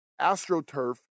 astroturf